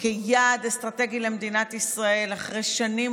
כיעד אסטרטגי למדינת ישראל אחרי שנים